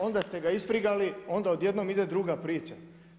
Onda ste ga isfrigali, onda odjednom ide druga priča.